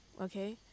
Okay